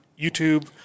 YouTube